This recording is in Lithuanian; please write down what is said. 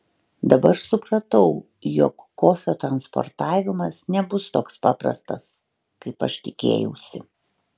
dabar supratau jog kofio transportavimas nebus toks paprastas kaip aš tikėjausi